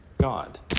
God